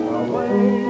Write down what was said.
away